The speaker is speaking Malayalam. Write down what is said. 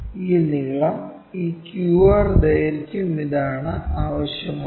ഈ നീളം ഈ QR ദൈർഘ്യം ഇതാണ് ആവശ്യമുള്ളത്